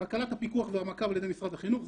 בקרת הפיקוח והמעקב על ידי משרד החינוך,